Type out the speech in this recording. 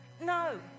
no